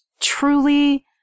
truly